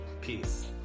peace